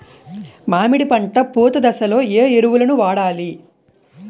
మామిడి పంట పూత దశలో ఏ ఎరువులను వాడాలి?